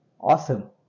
Awesome